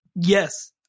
yes